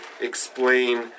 explain